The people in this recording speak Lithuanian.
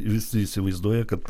visi įsivaizduoja kad